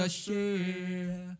share